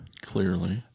Clearly